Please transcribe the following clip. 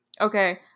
Okay